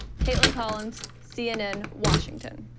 caitlin collins, cnn, washington.